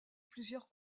plusieurs